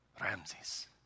Ramses